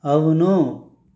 అవును